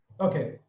Okay